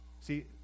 See